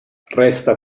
resta